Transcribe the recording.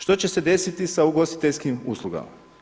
Što će se desiti sa ugostiteljskim uslugama?